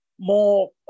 More